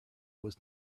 was